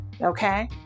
Okay